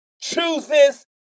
chooses